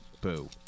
Boo